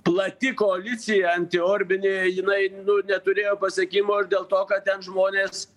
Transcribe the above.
plati koalicija anti orbinė jinai nu neturėjo pasiekimo ir dėl to kad ten žmonės